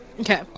Okay